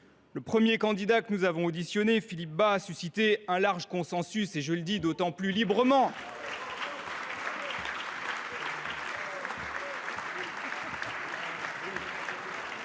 Le premier candidat que nous avons auditionné, Philippe Bas, a suscité un large consensus. Je le dis d’autant plus librement